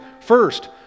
First